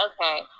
Okay